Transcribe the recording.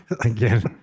again